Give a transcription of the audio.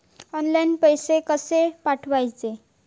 Online पैसे कशे पाठवचे?